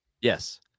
Yes